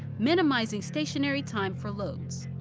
minimizing stationary time for loads.